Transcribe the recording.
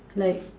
like